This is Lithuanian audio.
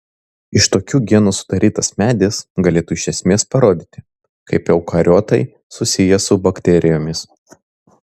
iš tokių genų sudarytas medis galėtų iš esmės parodyti kaip eukariotai susiję su bakterijomis